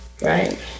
right